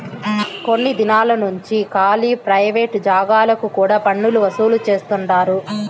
కొన్ని దినాలు నుంచి కాలీ ప్రైవేట్ జాగాలకు కూడా పన్నులు వసూలు చేస్తండారు